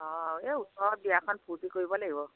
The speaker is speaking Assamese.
অঁ এই ওচৰৰ বিয়াখন ফূৰ্তি কৰিব লাগিব